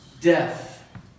death